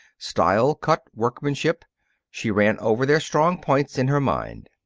style, cut, workmanship she ran over their strong points in her mind.